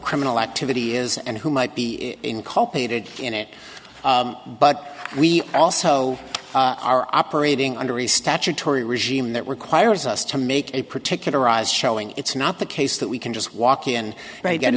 criminal activity is and who might be incorporated in it but we also are operating under a statutory regime that requires us to make a particularize showing it's not the case that we can just walk in